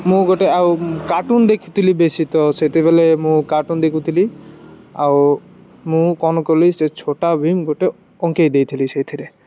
ମୁଁ ଗୋଟେ ଆଉ କାର୍ଟୁନ ଦେଖୁଥିଲି ବେଶୀ ତ ସେତେବେଲେ ମୁଁ କାର୍ଟୁନ ଦେଖୁଥିଲି ଆଉ ମୁଁ କ'ଣ କଲି ସେ ଛୋଟା ଭୀମ୍ ଗୋଟେ ଅଙ୍କେଇ ଦେଇଥିଲି ସେଇଥିରେ